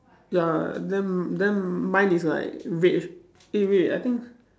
ya then then mine is like red eh wait I think